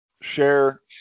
share